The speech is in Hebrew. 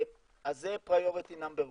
זה פריוריטי מספר אחת.